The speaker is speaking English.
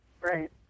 Right